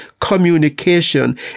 communication